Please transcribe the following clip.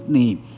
name